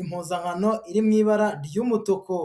impuzankano iri mu ibara ry'umutuku.